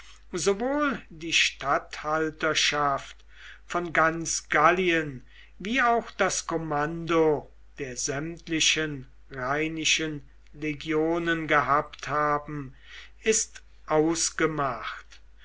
sowohl die statthalterschaft von ganz gallien wie auch das kommando der sämtlichen rheinischen legionen gehabt haben ist ausgemacht